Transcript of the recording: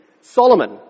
Solomon